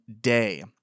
day